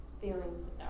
feelings